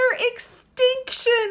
extinction